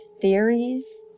theories